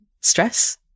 stress